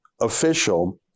official